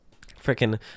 Frickin